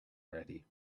ready